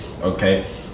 okay